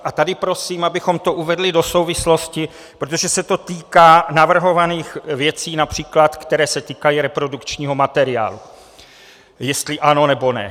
A tady prosím, abychom to uvedli do souvislosti, protože se to týká navrhovaných věcí, které se například týkají reprodukčního materiálu, jestli ano, nebo ne.